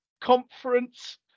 Conference